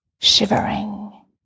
shivering